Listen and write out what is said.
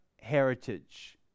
heritage